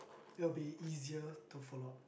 that will be easier to follow up